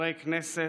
חברי כנסת,